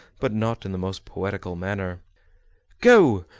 but not in the most poetical manner go,